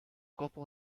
koppel